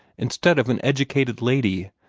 instead of an educated lady,